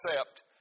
accept